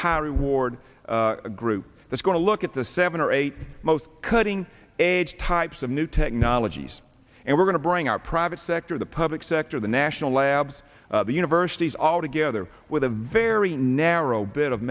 high reward group that's going to look at the seven or eight most cutting edge types of new technologies and we're going to bring our private sector the public sector the national labs the universities all together with a very narrow bit of